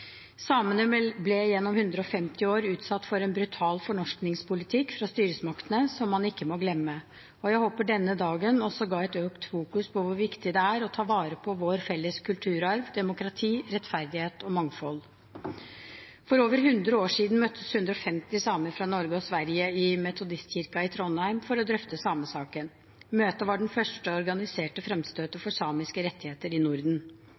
Samene ble gjennom 150 år utsatt for en brutal fornorskingspolitikk fra styresmaktene som man ikke må glemme, og jeg håper denne dagen også satte i fokus hvor viktig det er å ta vare på vår felles kulturarv, demokrati, rettferdighet og mangfold. For over hundre år siden møttes 150 samer fra Norge og Sverige i Metodistkirken i Trondheim for å drøfte samesaken. Møtet var det første organiserte fremstøtet for samiske rettigheter i Norden.